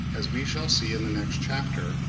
as we shall see in the next chapter,